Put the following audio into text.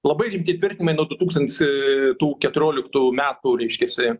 labai rimti tvirtinimai nuo du tūkstantis tų keturioliktų metų reiškiasi